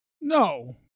No